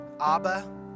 Abba